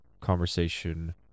conversation